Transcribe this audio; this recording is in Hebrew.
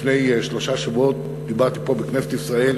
לפני שלושה שבועות דיברתי פה בכנסת ישראל